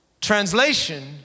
Translation